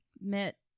met